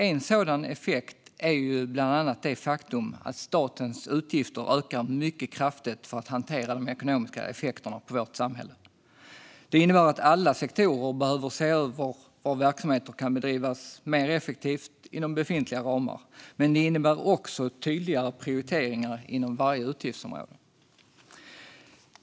En sådan effekt är det faktum att statens utgifter för att hantera de ekonomiska effekterna på vårt samhälle ökar mycket kraftigt. Det innebär att alla sektorer behöver se över var verksamheter kan bedrivas mer effektivt inom befintliga ramar, men det innebär också tydligare prioriteringar inom varje utgiftsområde.